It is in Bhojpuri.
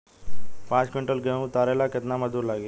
पांच किविंटल गेहूं उतारे ला केतना मजदूर लागी?